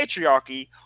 patriarchy